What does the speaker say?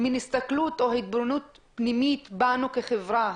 התבוננות פנימית בנו כחברה.